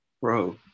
Bro